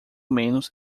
menos